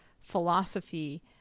philosophy